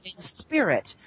spirit